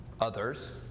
others